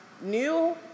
New